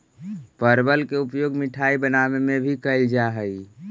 परवल के प्रयोग मिठाई बनावे में भी कैल जा हइ